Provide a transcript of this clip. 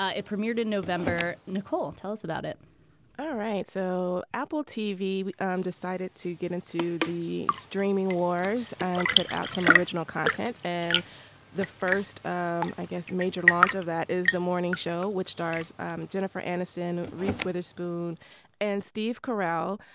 ah it premiered in november. nicole, tell us about it all right. so apple tv um decided to get into the streaming wars and put out some original content. and the first, um i guess, major launch of that is the morning show, which stars jennifer aniston, reese witherspoon and steve carell.